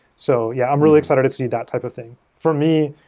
so yeah, i'm really excited to see that type of thing. for me,